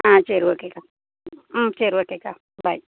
ஆ சரி ஓகே அக்கா ஆ சரி ஓகே அக்கா பாய்